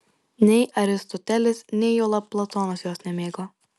nei aristotelis nei juolab platonas jos nemėgo